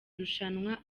rushanwa